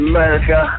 America